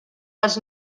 les